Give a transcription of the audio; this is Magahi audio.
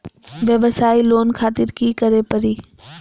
वयवसाय लोन खातिर की करे परी?